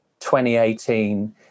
2018